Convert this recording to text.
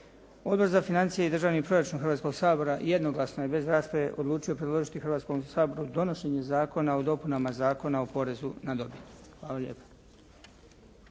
Odbor za financije i državni proračun Hrvatskoga sabora jednoglasno je bez rasprave odlučio predložiti Hrvatskom saboru donošenje Zakona o dopunama dopunama Zakona o porezu na dobit. Hvala lijepa.